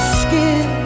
skin